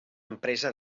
empresa